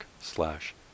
slash